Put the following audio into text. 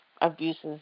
abuses